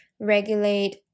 regulate